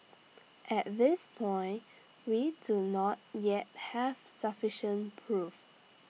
at this point we do not yet have sufficient proof